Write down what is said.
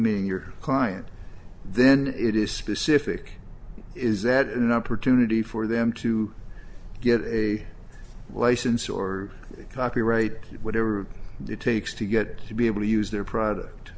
mean your client then it is specific is that an opportunity for them to get a license or copyright whatever it takes to get to be able to use their product